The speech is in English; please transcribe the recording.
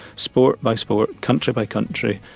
sport by sport, country by country,